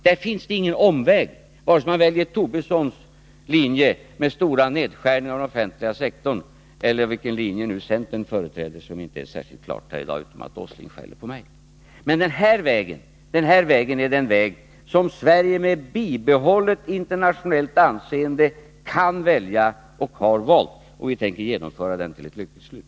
Det finns här ingen omväg, vare sig vi väljer Lars Tobissons linje med stora nedskärningar av den offentliga sektorn eller den linje som centern företräder, vilken inte blev särskilt klar här i dag utom det att Nils Åsling skäller på mig. Men den här vägen är den som Sverige med bibehållet internationellt anseende kan välja och har valt. Vi tänker genomföra detta till ett lyckligt slut.